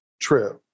true